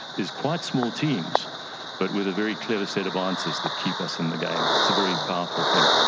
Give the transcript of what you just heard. is quite small teams but with a very clever set of answers that keep us in the game, it's a very powerful thing.